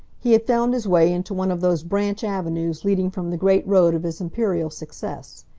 he had found his way into one of those branch avenues leading from the great road of his imperial success.